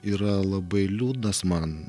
yra labai liūdnas man